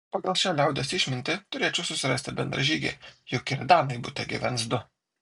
pagal šią liaudies išmintį turėčiau susirasti bendražygę juk ir danai bute gyvens du